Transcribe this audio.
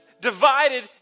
divided